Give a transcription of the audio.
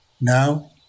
now